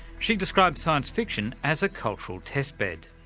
she describes science fiction as a cultural test bed.